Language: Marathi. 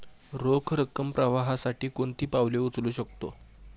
रोख रकम प्रवाहासाठी कोणती पावले उचलू शकतो?